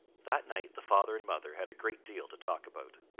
that night the father and mother had a great deal to talk about.